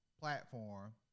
platform